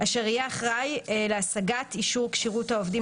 אשר יהיה אחראי להשגת אישור כשירות לעובדים